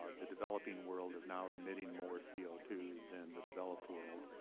the developing world is now emitting more c o two than the developed world.